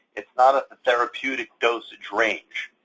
it's not a therapeutic dosage range,